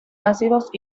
ácidos